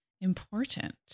important